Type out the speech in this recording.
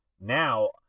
now